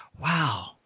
Wow